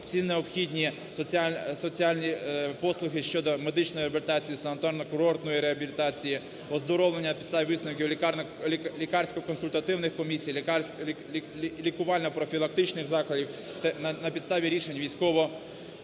всі необхідні соціальні послуги щодо медичної реабілітації, санаторно-курортної реабілітації, оздоровлення на підставі висновків лікарсько-консультативних комісій, лікувально-профілактичних закладів, на підставі рішень військово-лікарських